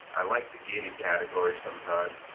i like the get it categories sometimes.